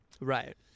Right